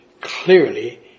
Clearly